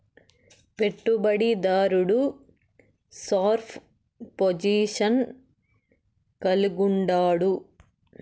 పెట్టుబడి దారుడు sharp position కలిగుండాడు